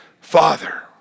father